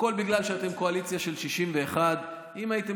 הכול בגלל שאתם קואליציה של 61. אם הייתם